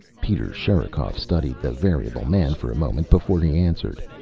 peter sherikov studied the variable man for a moment before he answered.